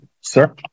sir